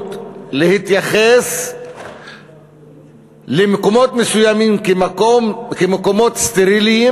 אפשרות להתייחס למקומות מסוימים כאל מקומות סטריליים,